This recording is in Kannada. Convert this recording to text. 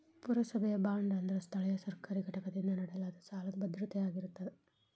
ಪುರಸಭೆಯ ಬಾಂಡ್ ಅಂದ್ರ ಸ್ಥಳೇಯ ಸರ್ಕಾರಿ ಘಟಕದಿಂದ ನೇಡಲಾದ ಸಾಲದ್ ಭದ್ರತೆಯಾಗಿರತ್ತ